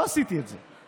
לא עשיתי את זה.